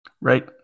Right